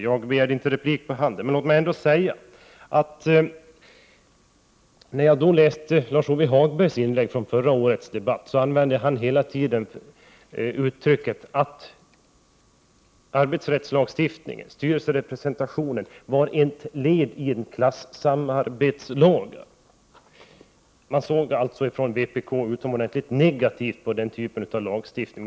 Jag begärde inte replik på vad Karl-Erik Persson sade, men vill ändå säga att Lars-Ove Hagberg i sina inlägg under föregående års debatt använde uttrycket att arbetsrättslagstiftning och styrelserepresentation var ett led i en klassamarbetslag. Man såg från vpk utomordentligt negativt på den typen av lagstiftning.